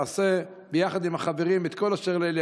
אעשה ביחד עם החברים את כל אשר לאל